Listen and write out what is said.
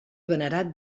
venerat